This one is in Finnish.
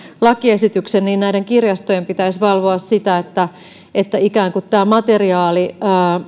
lakiesityksen niin näiden kirjastojen pitäisi valvoa sitä että että ikään kuin tämä materiaali